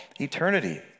eternity